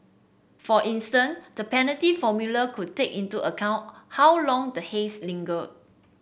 for instance the penalty formula could take into account how long the haze linger